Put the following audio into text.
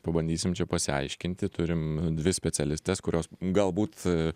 pabandysim čia pasiaiškinti turim dvi specialistes kurios galbūt